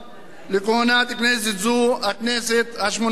לכהונת כנסת זו, הכנסת השמונה-עשרה.